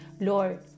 Lord